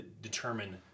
determine